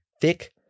thick